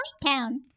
town